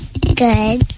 Good